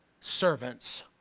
servants